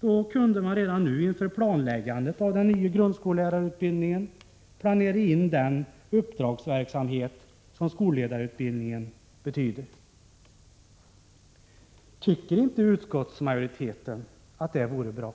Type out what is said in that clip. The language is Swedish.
Då kunde man redan nu inför planläggandet av den nya grundskollärarutbildningen planera in den uppdragsverksamhet som skolledarutbildningen innebär. Tycker inte utskottsmajoriteten att detta vore bra?